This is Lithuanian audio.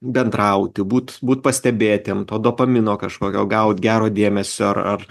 bendrauti būt būt pastebėtiem to dopamino kažkokio gaut gero dėmesio ar ar